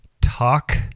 talk